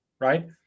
Right